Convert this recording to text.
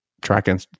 tracking